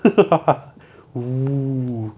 oo